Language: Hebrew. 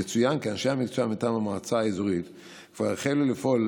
יצוין כי אנשי המקצוע מטעם המועצה האזורית כבר החלו לפעול